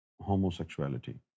homosexuality